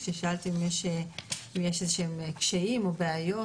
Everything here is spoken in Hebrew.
כששאלתי אם יש איזה שהם קשיים או בעיות,